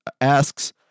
asks